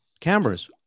cameras